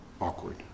awkward